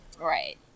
Right